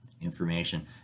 information